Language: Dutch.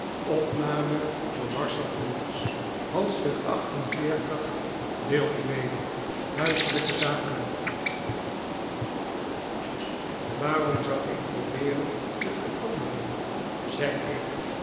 mij schuivend waarom zou ik probeeren te veranderen zei ik